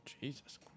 Jesus